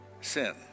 sin